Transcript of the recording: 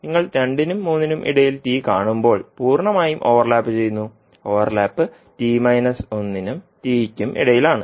നിങ്ങൾ 2 t 3 ന് കാണുമ്പോൾ പൂർണ്ണമായും ഓവർലാപ്പുചെയ്യുന്നു ഓവർലാപ്പ് നും t യ്ക്കും ഇടയിൽ ആണ്